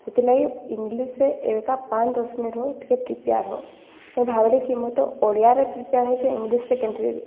ସେଥିର୍ଲାଗି ଇଙ୍ଗ୍ଲିଶ୍ରେ ଏବେକା ପାଁଚ୍ ଦଶ୍ ମିନିଟ୍ ହଉ ଟିକେ ପ୍ରିପେୟାର୍ ହ ମୁଇଁ ଭାବ୍ଲି କି ମୁଇଁ ତ ଓଡ଼ିଆରେ ପ୍ରିପେୟାର୍ ହେଇଚେଁ ଇଙ୍ଗ୍ଲିଶ୍ରେ କେନ୍ତି ଦେବି